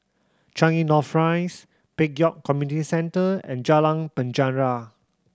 Changi North Rise Pek Kio Community Centre and Jalan Penjara